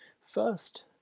First